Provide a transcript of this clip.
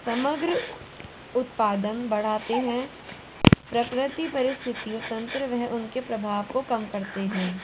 समग्र उत्पादन बढ़ाते हैं प्रकृति परिस्थितयों तंत्र वह उनके प्रभाव को कम करते है